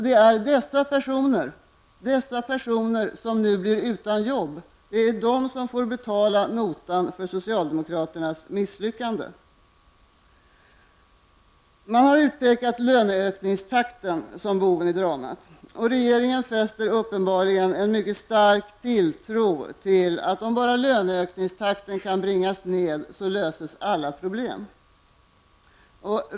Det är dessa personer, som nu blir utan jobb, som får betala notan för socialdemokraternas misslyckande. Löneökningstakten har utpekats som boven i dramat. Regeringen fäster uppenbarligen en mycket stark tilltro till att om bara löneökningstakten kan bringas ned, så löses alla problem.